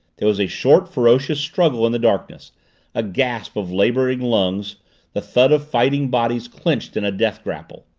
there was a short, ferocious struggle in the darkness a gasp of laboring lungs the thud of fighting bodies clenched in a death grapple.